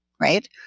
right